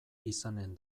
izanen